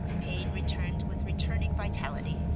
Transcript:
pain returned with returning vitality,